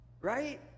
right